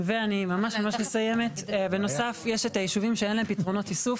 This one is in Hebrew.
בנוסף, יש את היישובים שאין להם פתרונות איסוף.